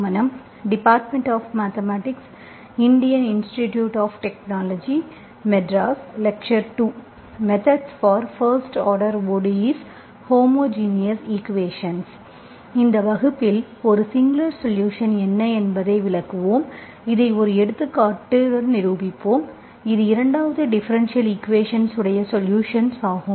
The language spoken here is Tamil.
methods for first order ODE's homogeneous equations இந்த வகுப்பில் ஒரு சிங்குலர் சொலுஷன் என்ன என்பதை விளக்குவோம் இதை ஒரு எடுத்துக்காட்டுடன் நிரூபிப்போம் இது 2 வது டிஃபரென்ஷியல் ஈக்குவேஷன்ஸ் உடைய சொலுஷன் ஆகும்